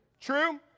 True